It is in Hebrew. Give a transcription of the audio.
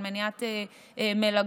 של מניעת מלגות,